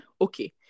okay